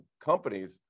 Companies